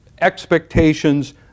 expectations